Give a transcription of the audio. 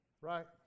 right